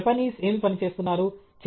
Japanese ఏమి పని చేస్తున్నారు